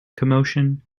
commotion